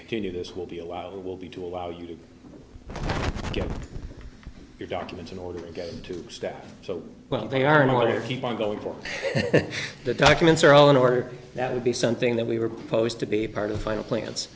continue this will be a lot will be to allow you to get your documents in order to get into step so well they are in want to keep on going for the documents are all in order that would be something that we were opposed to be part of the final plans